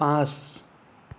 পাঁচ